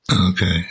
Okay